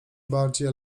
bardziej